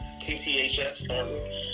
TTHS